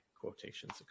quotations